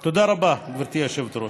תודה רבה, גברתי היושבת-ראש.